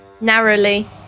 narrowly